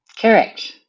Correct